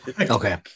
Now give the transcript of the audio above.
Okay